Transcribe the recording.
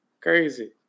crazy